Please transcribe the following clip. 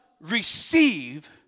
receive